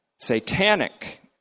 satanic